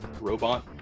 robot